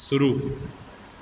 शुरू